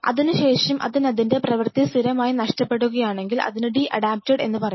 അതിനു ശേഷം അതിനതിന്റെ പ്രവർത്തി സ്ഥിരമായി നഷ്ടപെടുകയാണെങ്കിൽ അതിനെ ഡി അഡാപ്റ്റഡ് എന്ന് പറയും